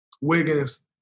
Wiggins